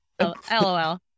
lol